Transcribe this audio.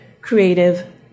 creative